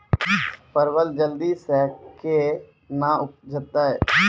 परवल जल्दी से के ना उपजाते?